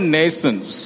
nations